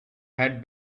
head